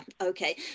Okay